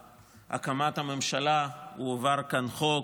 בהקמת הממשלה, הועבר כאן חוק,